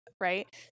Right